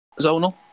Zonal